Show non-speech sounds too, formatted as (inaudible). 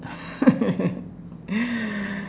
(laughs)